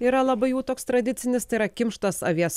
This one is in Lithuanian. yra labai jau toks tradicinis tai yra kimštas avies